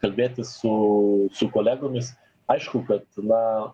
kalbėtis su su kolegomis aišku kad na